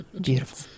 Beautiful